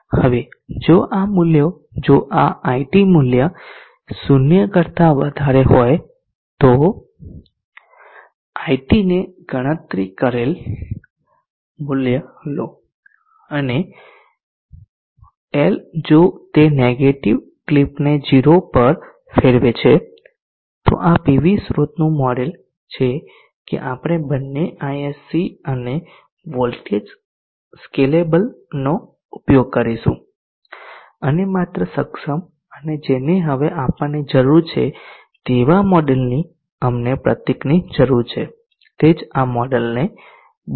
હવે જો આ મૂલ્યો જો આ It મૂલ્ય 0 કરતા વધારે હોય તો It ને ગણતરી કરેલ મૂલ્ય લો અથવા એલ જો તે નેગેટીવ ક્લિપને 0 પર ફેરવે છે તો આ પીવી સ્રોતનું મોડેલ છે કે આપણે બંને ISC અને વોલ્ટેજ સ્કેલેબલનો ઉપયોગ કરીશું અને માત્ર સક્ષમ અને જેની હવે આપણને જરૂર છે તેવા મોડેલની અમને પ્રતીકની જરૂર છે તેજ આ મોડેલને બોલાવશે